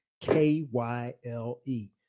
K-Y-L-E